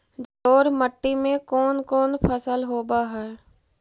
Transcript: जलोढ़ मट्टी में कोन कोन फसल होब है?